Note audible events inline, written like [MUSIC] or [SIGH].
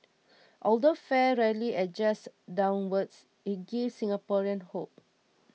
[NOISE] although fare rarely adjusts downwards it gives Singaporeans hope